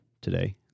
today